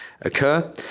occur